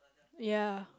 ya